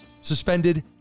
Suspended